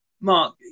Mark